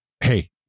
hey